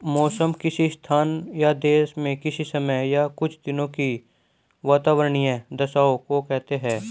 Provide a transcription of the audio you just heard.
मौसम किसी स्थान या देश में किसी समय या कुछ दिनों की वातावार्नीय दशाओं को कहते हैं